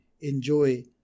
enjoy